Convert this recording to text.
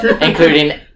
including